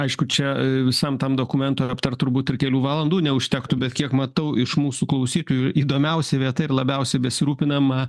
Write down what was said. aišku čia visam tam dokumentui aptart turbūt ir kelių valandų neužtektų bet kiek matau iš mūsų klausytojų įdomiausia vieta ir labiausiai besirūpinama